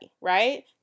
right